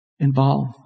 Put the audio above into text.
Involve